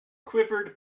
quivered